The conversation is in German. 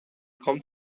kommt